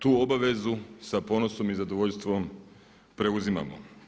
Tu obvezu sa ponosom i zadovoljstvom preuzimamo.